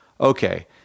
okay